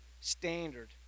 standard